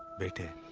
better.